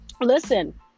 Listen